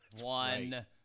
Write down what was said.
one